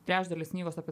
trečdalis knygos apie